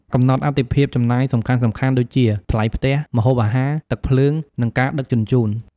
កំណត់អាទិភាពចំណាយសំខាន់ៗដូចជា ថ្លៃផ្ទះ ម្ហូបអាហារ ទឹកភ្លើង និងការដឹកជញ្ជូន។